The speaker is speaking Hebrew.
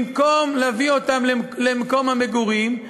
במקום להביא למקום המגורים,